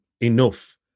enough